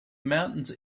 mountains